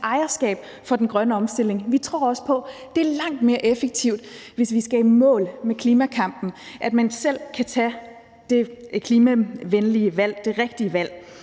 ejerskab for den grønne omstilling. Vi tror også på, at det er langt mere effektivt, hvis vi skal i mål med klimakampen, at man selv kan tage det klimavenlige valg, det rigtige valg.